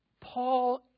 Paul